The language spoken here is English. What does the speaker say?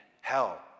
hell